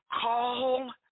Call